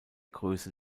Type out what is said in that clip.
größe